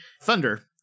Thunder